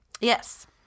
Yes